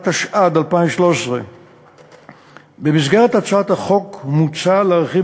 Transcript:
התשע"ד 2013. במסגרת הצעת החוק מוצע להרחיב